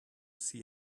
see